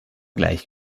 gleich